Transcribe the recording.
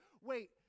wait